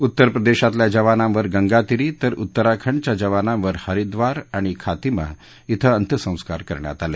उत्तर प्रदेशातल्या जवानांवर गंगातीरी तर उत्तराखंडच्या जवानांवर हरिद्वार आणि खातिमा क्रि अंत्यसंस्कार करण्यात आले